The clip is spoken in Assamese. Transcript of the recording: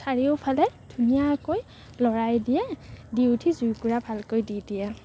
চাৰিওফালে ধুনীয়াকৈ লৰাই দিয়ে দি উঠি জুইকুৰা ভালকৈ দি দিয়ে